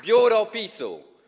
Biuro PiS-u.